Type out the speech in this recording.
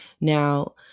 Now